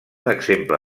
exemple